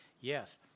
yes